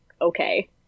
okay